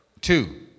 Two